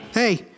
Hey